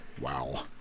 Wow